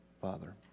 Father